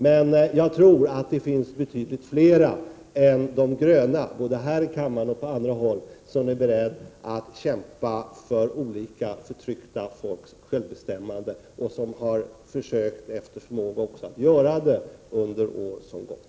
Men jag tror att det finns betydligt flera än de gröna, både här i kammaren och på andra håll, som är beredda att kämpa för olika förtryckta folks självbestämmande och som har efter förmåga försökt att göra det under år som gått.